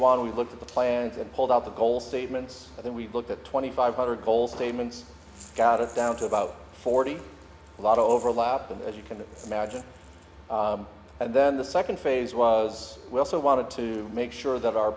one we looked at the plans and pulled out the coal statements and then we looked at twenty five hundred coal statements scout it's down to about forty a lot of overlap and as you can imagine and then the second phase was we also wanted to make sure that our